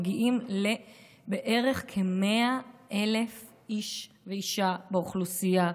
מגיעים לכ-100,000 איש ואישה באוכלוסייה.